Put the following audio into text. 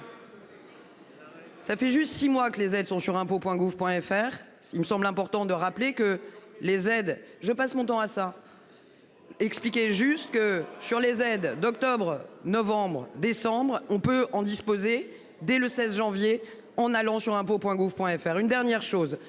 Ça fait juste six mois que les aides sont sur impôts Point gouv Point. FR. Il me semble important de rappeler que les aides, je passe mon temps à ça. Expliquait jusque sur les aides d'octobre novembre décembre on peut en disposer dès le 16 janvier en allant sur impôts Point gouv Point. FR. Une dernière chose,